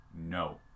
No